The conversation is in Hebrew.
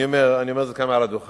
אני אומר את זה כאן מעל הדוכן,